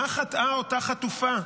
מה חטאה אותה חטופה?